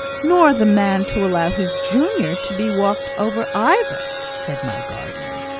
nor the man to allow his junior to be walked over either? said my guardian.